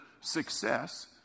success